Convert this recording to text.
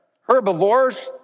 herbivores